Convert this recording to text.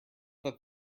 that